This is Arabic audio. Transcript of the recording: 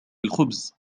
الخبز